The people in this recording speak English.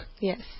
Yes